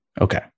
Okay